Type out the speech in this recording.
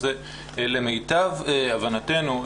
למיטב הבנתנו,